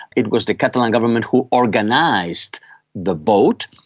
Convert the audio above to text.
it was the catalan government who organised the vote,